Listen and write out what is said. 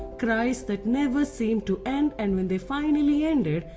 cries that never seemed to end and when they finally ended,